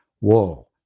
Whoa